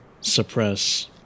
suppress